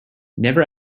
never